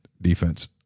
defense